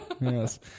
yes